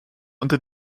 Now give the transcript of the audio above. unter